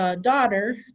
daughter